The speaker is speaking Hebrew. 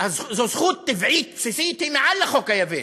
זאת זכות טבעית בסיסית, והיא מעל לחוק היבש.